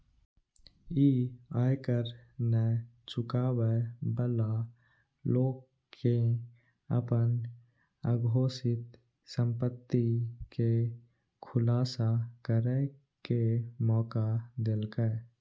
ई आयकर नै चुकाबै बला लोक कें अपन अघोषित संपत्ति के खुलासा करै के मौका देलकै